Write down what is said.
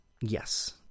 Yes